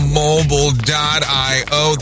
mobile.io